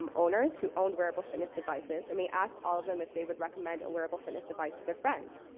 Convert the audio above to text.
um owners who owned wearable fitness devices, and we asked all of them if they would recommend a wearable fitness device to their friends.